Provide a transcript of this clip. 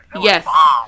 Yes